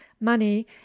money